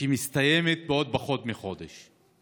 שמסתיימת בעוד פחות מחודש.